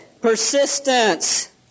Persistence